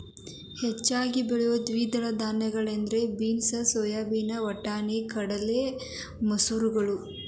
ಹೆಚ್ಚಾಗಿ ಬೆಳಿಯೋ ದ್ವಿದಳ ಧಾನ್ಯಗಳಂದ್ರ ಬೇನ್ಸ್, ಸೋಯಾಬೇನ್, ಬಟಾಣಿ, ಕಡಲೆಕಾಯಿ, ಮಸೂರಗಳು